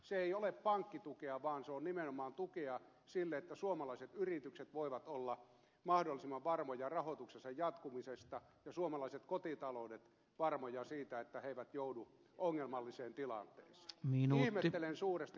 se ei ole pankkitukea vaan on nimenomaan tukea sille että suomalaiset yritykset voivat olla mahdollisimman varmoja rahoituksensa jatkumisesta ja suomalaiset kotitaloudet varmoja siitä että ne eivät joudu ongelmalliseen tilanteeseen